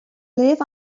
live